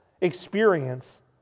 experience